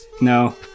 No